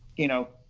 you know,